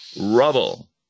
rubble